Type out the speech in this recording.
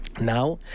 Now